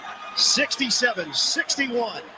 67-61